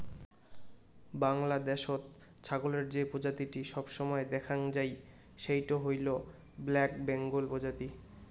বাংলাদ্যাশত ছাগলের যে প্রজাতিটি সবসময় দ্যাখাং যাই সেইটো হইল ব্ল্যাক বেঙ্গল প্রজাতি